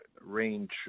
range